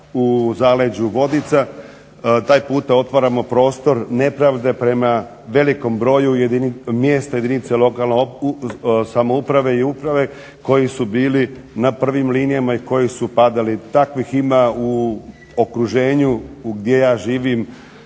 u zaleđu Vodica, taj puta otvaramo prostor nepravde prema velikom broju mjesta jedinice lokalne samouprave i uprave koji su bili na prvim linijama i koji su padali. Takvih ima u okruženju gdje ja živim